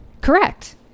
Correct